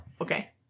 okay